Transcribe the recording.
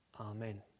Amen